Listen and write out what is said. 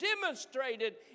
demonstrated